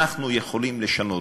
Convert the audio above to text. אנחנו יכולים לשנות.